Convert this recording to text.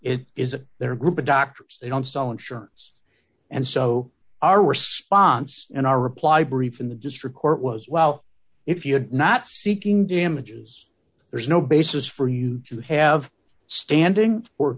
it isn't their group of doctors they don't sell insurance and so our response in our reply brief in the district court was well if you had not seeking damages there's no basis for you to have standing